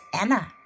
Anna